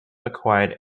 acquired